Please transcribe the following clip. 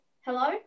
hello